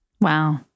Wow